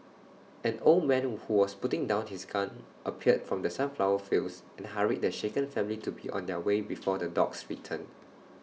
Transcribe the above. an old man who was putting down his gun appeared from the sunflower fields and hurried the shaken family to be on their way before the dogs return